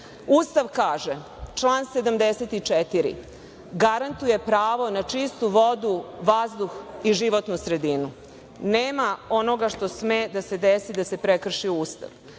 Ustav kaže, član 74. garantuje pravo na čistu vodu, vazduh i životnu sredinu. Nema onoga što sme da se desi da se prekrši Ustav. Imate